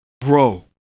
bro